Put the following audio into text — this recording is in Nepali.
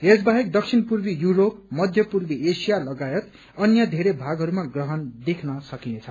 यस बाहेक दक्षिण पूर्व यूरोप मध्य पूर्व एशिया लगातय अन्य बेरै भागहरूमा प्रहण देख्न सकिनेछ